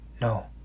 no